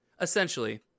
Essentially